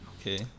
Okay